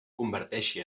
converteixi